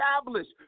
established